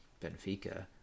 Benfica